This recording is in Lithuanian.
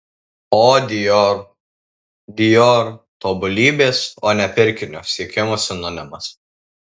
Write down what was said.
o dior dior tobulybės o ne pirkinio siekimo sinonimas